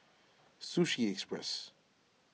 Sushi Express